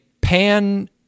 pan